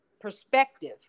perspective